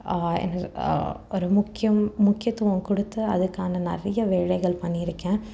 என்ன சொல் ஒரு முக்கியம் முக்கியத்துவம் கொடுத்து அதுக்கான நிறைய வேலைகள் பண்ணியிருக்கேன்